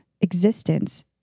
existence